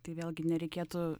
tai vėlgi nereikėtų